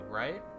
right